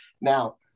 now